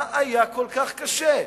מה היה כל כך קשה?